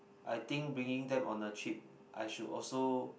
I think bringing them on a trip I should also